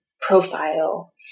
profile